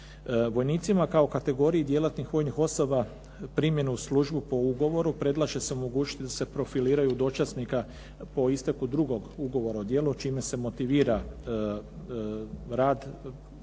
Vojnicima kao kategoriji djelatnih vojnih osoba primjenu u službu po ugovor predlaže se omogućiti da se profiliraju u dočasnika po isteku drugog ugovora o djelu čime se motivira rad